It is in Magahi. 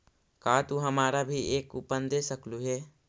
का तू हमारा भी एक कूपन दे सकलू हे